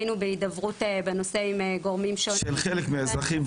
היינו בהידברות בנושא עם גורמים --- של חלק מהאזרחים,